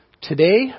today